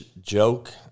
joke